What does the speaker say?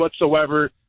whatsoever